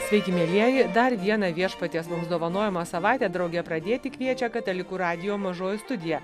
sveiki mielieji dar vieną viešpaties mums dovanojamą savaitę drauge pradėti kviečia katalikų radijo mažoji studija